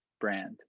brand